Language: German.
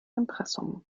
impressum